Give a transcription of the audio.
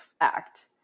act